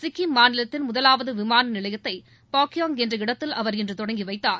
சிக்கிம் மாநிலத்தின் முதலாவது விமான நிலையத்தை பாக்கியாங் என்ற இடத்தில் அவர் இன்று தொடங்கி வைத்தார்